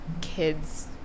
kids